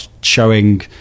showing